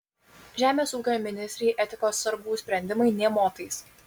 žemės ūkio ministrei etikos sargų sprendimai nė motais